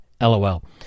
lol